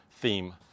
theme